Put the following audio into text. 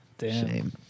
Shame